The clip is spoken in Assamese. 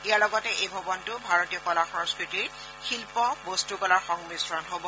ইয়াৰ লগতে এই ভৱনটো ভাৰতীয় কলা সংস্থতিৰ শিল্প বস্তুকলাৰ সংমিশ্ৰণ হ'ব